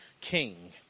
king